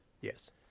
Yes